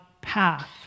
path